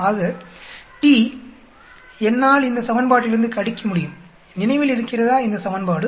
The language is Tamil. ஆக t என்னால் இந்த சமன்பாட்டிலிருந்து கணிக்க முடியும் நினைவில் இருக்கிறதா இந்த சமன்பாடு